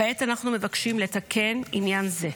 כעת אנחנו מבקשים לתקן עניין זה.